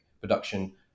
production